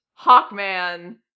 Hawkman